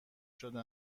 شده